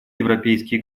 европейские